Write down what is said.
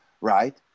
right